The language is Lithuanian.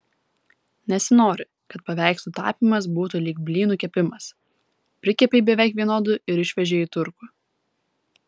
nesinori kad paveikslų tapymas būtų lyg blynų kepimas prikepei beveik vienodų ir išvežei į turgų